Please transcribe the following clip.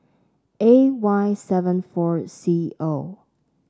A Y seven four C O